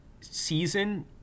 season